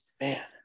Man